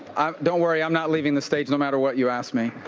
i'm don't worry, i'm not leaving the stage no matter what you ask me.